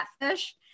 catfish